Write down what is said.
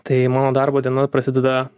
tai mano darbo diena prasideda